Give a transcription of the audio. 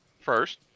First